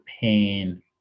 pain